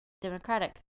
Democratic